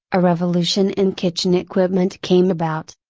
a revolution in kitchen equipment came about.